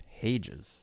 pages